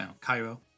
Cairo